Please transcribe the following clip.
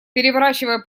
переворачивая